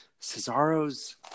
Cesaro's